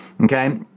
Okay